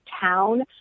town